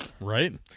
Right